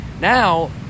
now